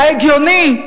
ההגיוני,